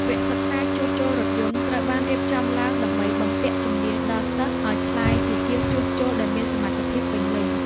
វគ្គសិក្សាជួសជុលរថយន្តត្រូវបានរៀបចំឡើងដើម្បីបំពាក់ជំនាញដល់សិស្សឱ្យក្លាយជាជាងជួសជុលដែលមានសមត្ថភាពពេញលេញ។